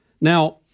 Now